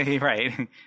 Right